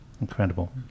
incredible